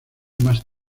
más